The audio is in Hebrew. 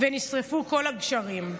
ונשרפו כל הגשרים.